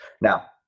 Now